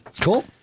Cool